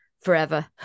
forever